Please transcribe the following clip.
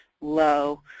low